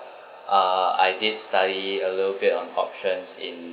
ah I did study a little bit on options in